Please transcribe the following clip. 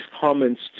comments